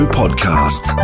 podcast